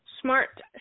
Smart